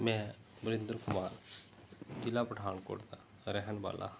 ਮੈਂ ਵਰਿੰਦਰ ਕੁਮਾਰ ਜ਼ਿਲ੍ਹਾ ਪਠਾਨਕੋਟ ਦਾ ਰਹਿਣ ਵਾਲਾ ਹਾਂ